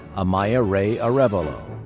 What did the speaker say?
amaya rei arevalo,